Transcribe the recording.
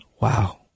Wow